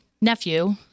nephew